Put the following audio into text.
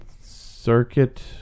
Circuit